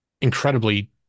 incredibly